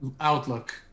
outlook